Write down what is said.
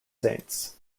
saints